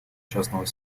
частного